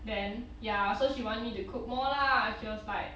then ya so she want me to cook more lah she was like